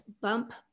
bump